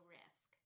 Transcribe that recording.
risk